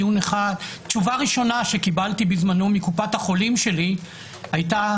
תשובה ראשונה שקיבלתי בזמנו מקופת החולים שלי הייתה: